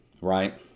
right